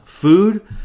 Food